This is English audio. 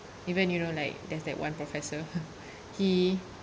even you know like there's that one professor he